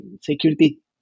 security